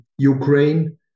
Ukraine